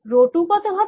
rho 2 কতও হবে